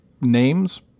names